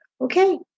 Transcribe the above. okay